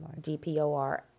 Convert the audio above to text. DPOR